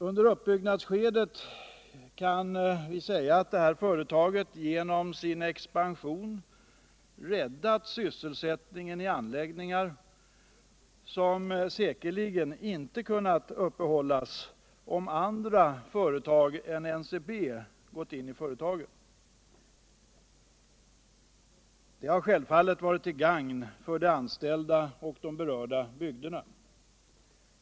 Under uppbyggnadsskedet har det här företaget genom sin expansion räddat sysselsättningen i anläggningar där sysselsättningen säkerligen inte kunnat uppehållas om andra företag än NCB gått in i företaget. Det har självfallet varit till gagn för de anställda och de berörda bygderna.